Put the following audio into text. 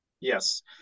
Yes